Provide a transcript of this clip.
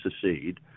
secede